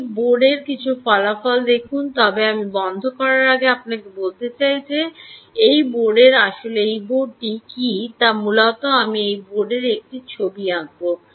এই বোর্ডের কিছু ফলাফল দেখুন তবে আমি বন্ধ করার আগে আপনাকে বলতে চাই যে এই বোর্ডের আসলে এই বোর্ডটি কী তা মূলত আমি এই বোর্ডের একটি ছবি আঁকব